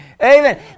Amen